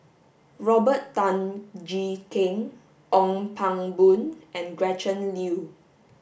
Robert Tan Jee Keng Ong Pang Boon and Gretchen Liu